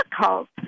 difficult